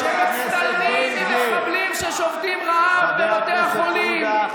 שמצטלמים עם מחבלים ששובתים רעב בבתי החולים,